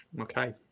Okay